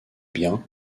bien